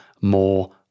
more